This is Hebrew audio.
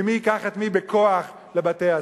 ומי ייקח את מי בכוח לבתי-הסוהר.